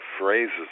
phrases